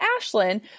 Ashlyn